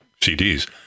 CDs